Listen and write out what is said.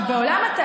אבל בערים המעורבות,